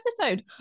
episode